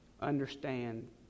Understand